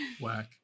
whack